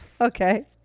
Okay